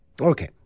Okay